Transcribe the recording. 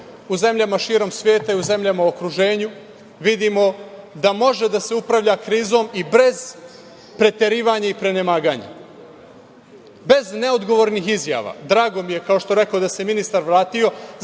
u zemljama širom sveta i u zemljama u okruženju, vidimo da može da se upravlja krizom i bez preterivanja i prenemaganja, bez neodgovornih izjava. Drago mi je, kao što rekoh, da se ministar vratio,